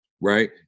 right